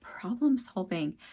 problem-solving